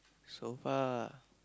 so far